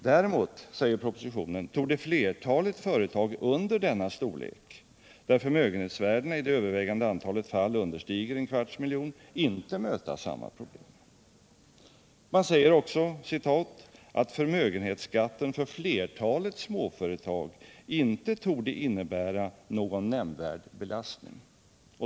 ”Däremot”, står det i propositionen, ”torde flertalet företag under denna storlek, där förmögenhetsvärdena i det övervägande antalet — Nr 56 fall understiger en kvarts miljon, inte möta samma problem.” Man säger Lördagen den också att ”förmögenhetsskatten för flertalet småföretag inte torde in 17 december 1977 nebära någon nämnvärd belastning”.